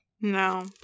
No